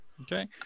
Okay